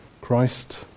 Christ